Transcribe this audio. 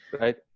right